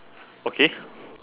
okay